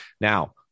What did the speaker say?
Now